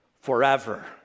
forever